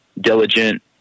diligent